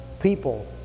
people